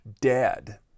dead